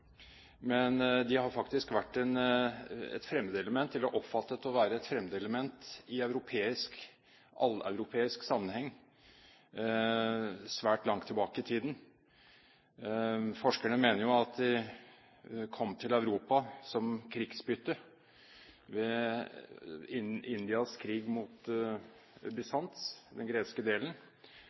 men de har faktisk blitt oppfattet som et fremmedelement i alleuropeisk sammenheng svært langt tilbake i tiden. Forskerne mener at de kom til Europa som krigsbytte som følge av Indias krig mot Bysants – den greske delen.